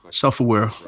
self-aware